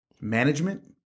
management